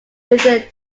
within